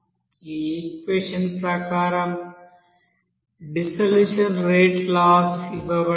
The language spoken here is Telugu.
ఈ ఈక్వెషన్ ప్రకారం డిసోలుషన్ రేటు లాస్ ఇవ్వబడతాయి